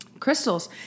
crystals